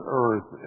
earth